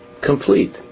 complete